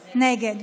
נגד.